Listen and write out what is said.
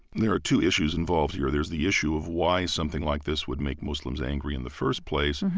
there are two issues involved here. there's the issue of why something like this would make muslims angry in the first place, and